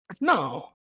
No